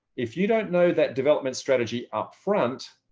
if you don't know that development strategy upfront,